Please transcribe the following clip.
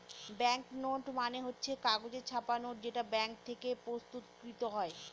bank note মানে হচ্ছে কাগজে ছাপা নোট যেটা ব্যাঙ্ক থেকে প্রস্তুত কৃত হয়